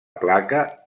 placa